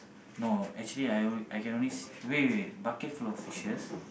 no actually I on~ I can only see wait wait wait bucket full of fishes